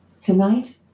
Tonight